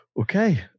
Okay